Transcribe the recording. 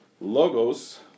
Logos